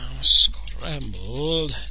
Scrambled